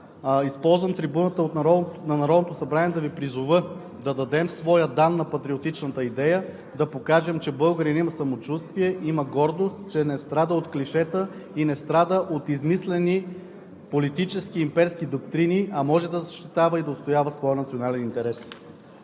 използвам трибуната на Народното събрание да Ви призова да дадем своя дан на патриотичната идея, да покажем, че българинът има самочувствие, гордост, че не страда от клишета и не страда от измислени политически имперски доктрини, а може да защитава и да отстоява своя национален интерес.